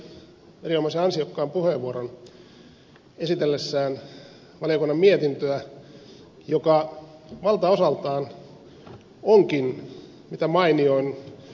kerola käytti erinomaisen ansiokkaan puheenvuoron esitellessään valiokunnan mietintöä joka valtaosaltaan onkin mitä mainioin